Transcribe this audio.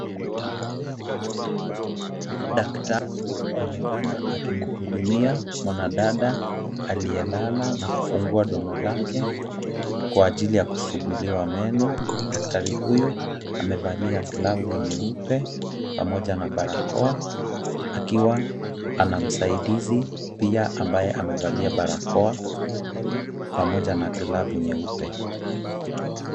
Daktari anaonekana akimhudumia mwanadada aliyelala na kufungua domo lake kwa ajili ya kusuguliwa meno. Daktari huyu amevalia glavu nyeupe pamoja na barakoa akiwa ana msaidizi pia ambaye amevalia barakoa pamoja na glavu nyeupe.